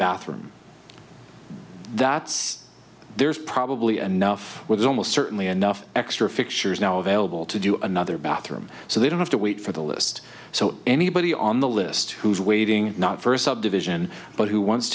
bathroom that's there's probably a nuff with almost certainly enough extra fixtures now available to do another bathroom so they don't have to wait for the list so anybody on the list who's waiting not first subdivision but who wants